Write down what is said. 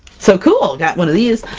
so cool! got one of these!